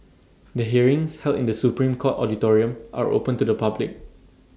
the hearings held in the Supreme court auditorium are open to the public